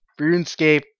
RuneScape